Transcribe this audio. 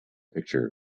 picture